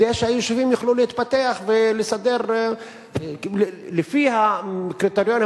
כדי שהיישובים יוכלו להתפתח לפי הקריטריונים